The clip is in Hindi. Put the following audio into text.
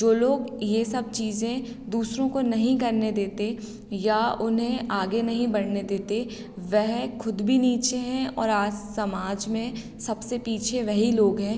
जो लोग ये सब चीज़ें दूसरों को नहीं करने देते या उन्हें आगे नहीं बढ़ने देते वह खुद भी नीचे हैं और आज समाज में सबसे पीछे वही लोग हैं